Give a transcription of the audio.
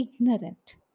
ignorant